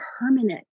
permanent